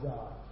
God